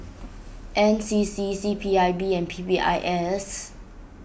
N C C C P I B and P P I S